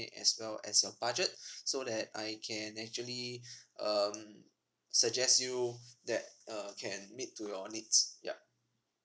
as well as your budget so that I can actually um suggest you that uh can meet to your needs yup